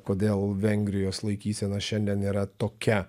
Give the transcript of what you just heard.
kodėl vengrijos laikysena šiandien yra tokia